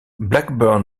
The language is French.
blackburn